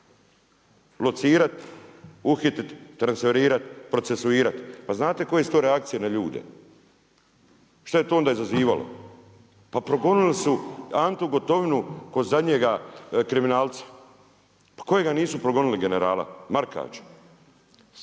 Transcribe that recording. locirati, uhititi, transferirati, procesuirati. Pa znate koje su to reakcije na ljude? Šta je to onda izazivalo. Pa progonili su Antu Gotovinu ko zadnjega kriminalca. Pa kojega nisu progonili generala? Markača?